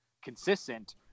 consistent